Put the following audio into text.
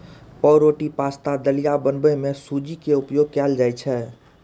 पावरोटी, पाश्ता, दलिया बनबै मे सूजी के उपयोग कैल जाइ छै